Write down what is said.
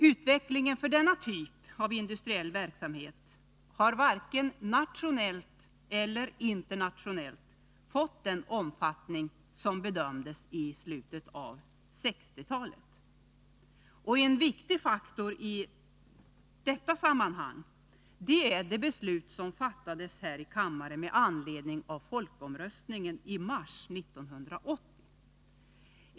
Utvecklingen av denna typ av industriell verksamhet har varken nationellt eller internationellt fått den omfattning som man i slutet av 1960-talet bedömde att den skulle få. En viktig faktor i detta sammanhang är det beslut som fattades här i kammaren med anledning av folkomröstningen i mars 1980.